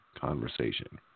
conversation